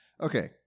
okay